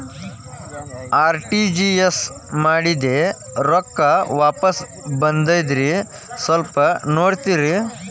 RTGS ಮಾಡಿದ್ದೆ ರೊಕ್ಕ ವಾಪಸ್ ಬಂದದ್ರಿ ಸ್ವಲ್ಪ ನೋಡ್ತೇರ?